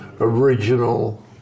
original